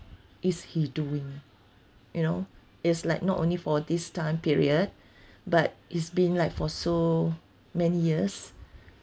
is he doing you know is like not only for this time period but it's been like for so many years